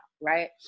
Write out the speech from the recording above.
right